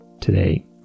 today